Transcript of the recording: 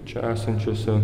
čia esančiose